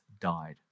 died